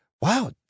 Wow